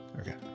Okay